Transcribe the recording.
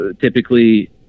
typically